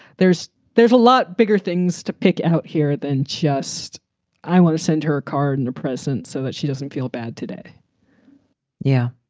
there's there's a lot bigger things to pick out here than just i want to send her a card and a presence so that she doesn't feel bad today yeah,